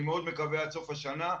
אני מאוד מקווה עד סוף השנה,